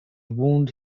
wound